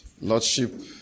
lordship